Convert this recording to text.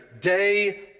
day